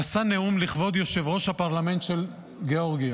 נשא נאום לכבוד יושב-ראש הפרלמנט של גיאורגיה.